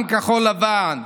גם כחול לבן,